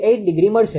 78° મળશે